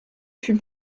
fut